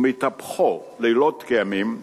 ומטפחוֹ לילות כימים,